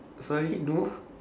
sorry